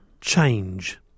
change